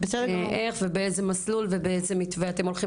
איך ובאיזה מסלול ובאיזה מתווה אתם הולכים